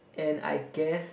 and I guess